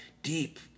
deep